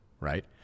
right